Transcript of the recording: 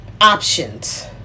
options